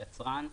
היצרן,